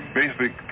basic